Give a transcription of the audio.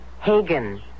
Hagen